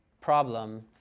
problem